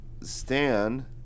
Stan